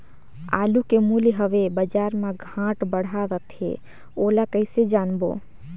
आलू के मूल्य हवे बजार मा घाट बढ़ा रथे ओला कइसे जानबो?